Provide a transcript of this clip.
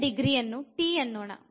ಇದರ degree T ಎನ್ನೋಣ